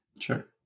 sure